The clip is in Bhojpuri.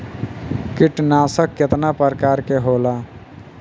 कीटनाशक केतना प्रकार के होला?